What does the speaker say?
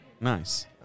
Nice